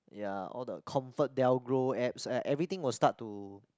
ya all the ComfortDelGro apps e~ everything will start to